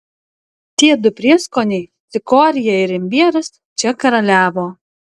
tie du prieskoniai cikorija ir imbieras čia karaliavo